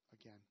again